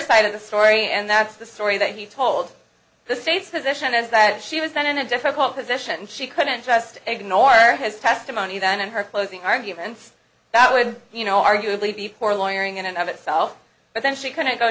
side of the story and that's the story that he told the states this as that she was then in a difficult position and she couldn't just ignore his testimony then and her closing arguments that would you know arguably before a lawyer in and of itself but then she couldn't go